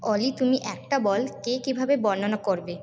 অলি তুমি একটা বলকে কীভাবে বর্ণনা করবে